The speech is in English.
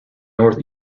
north